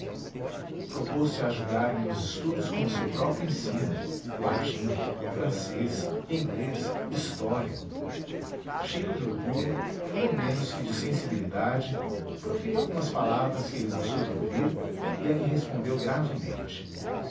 a ajudar me nos estudos com o seu próprio ensino latim francês inglês história cheio de orgulho não menos que de sensibilidade proferi algumas palavras que ele gostou de ouvir e a que respondeu gravemente